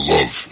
Love